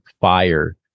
fire